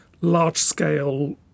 large-scale